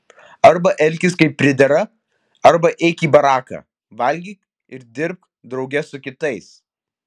arba elkis kaip pridera arba eik į baraką valgyk ir dirbk drauge su kitais